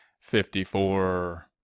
Fifty-four